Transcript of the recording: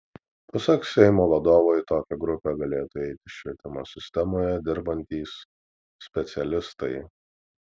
pasak seimo vadovo į tokią grupę galėtų įeiti švietimo sistemoje dirbantys specialistai